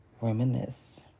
reminisce